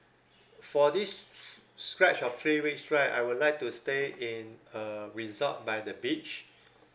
for this stretch of three weeks right I would like to stay in a resort by the beach